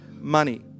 money